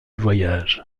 voyage